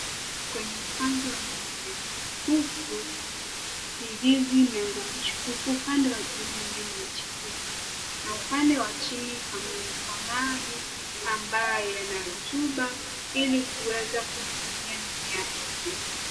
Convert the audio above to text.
Kwenye upanzi wa mimea, huku ni hizi imeanza kuchipuka. Upande wa juu mimea imechipuka na upande wa chini pamewekwa maji ambae ina rotuba ili kuweza kunyunyizia mimea hiyo.